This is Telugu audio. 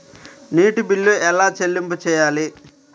నీటి బిల్లు ఎలా చెల్లింపు చేయాలి?